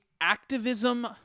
activism